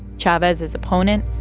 chavez's opponent,